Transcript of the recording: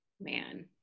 Man